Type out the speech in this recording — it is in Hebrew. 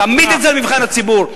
תעמיד את זה למבחן הציבור.